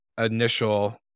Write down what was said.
initial